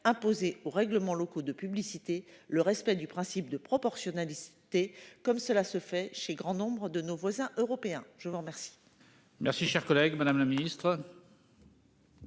imposé aux règlements locaux de publicité le respect du principe de proportionnalité, comme cela se fait chez grand nombre de nos voisins européens. Je vous remercie.